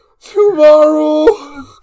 tomorrow